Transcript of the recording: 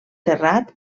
terrat